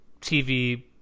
TV